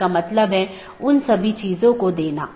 3 अधिसूचना तब होती है जब किसी त्रुटि का पता चलता है